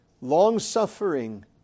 long-suffering